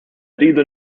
rridu